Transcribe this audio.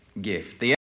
gift